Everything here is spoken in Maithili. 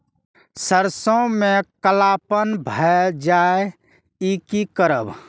सरसों में कालापन भाय जाय इ कि करब?